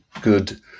good